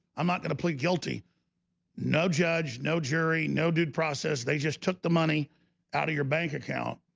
i'm not gonna plead guilty no, judge. no jury. no dude process. they just took the money out of your bank account.